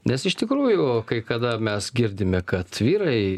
nes iš tikrųjų kai kada mes girdime kad vyrai